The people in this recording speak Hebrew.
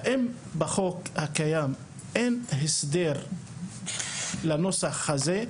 האם בחוק הקיים אין הסדר לנוסח הזה?